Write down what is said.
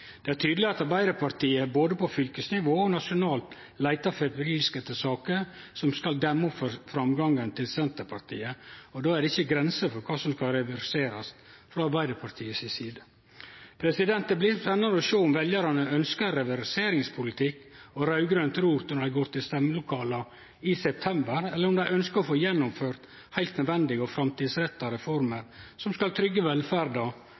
Det er tydeleg at Arbeidarpartiet, både på fylkesnivå og nasjonalt, leitar febrilsk etter saker som skal demme opp for framgangen til Senterpartiet, og då er det ikkje grenser for kva som skal reverserast frå Arbeidarpartiet si side. Det blir spennande å sjå om veljarane ønskjer reverseringspolitikk og raud-grønt rot når dei går til stemmelokala i september, eller om dei ønskjer å få gjennomført heilt nødvendige og framtidsretta reformer som skal tryggje velferda